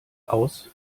aus